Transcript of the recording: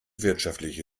wirtschaftliche